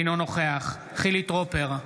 אינו נוכח חילי טרופר,